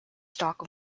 stock